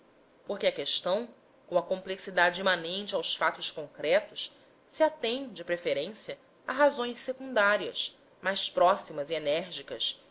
porque a questão com a complexidade imanente aos fatos concretos se atém de preferência a razões secundárias mais próximas e enérgicas